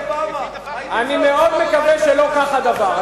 אני מאוד מקווה שלא כך הדבר.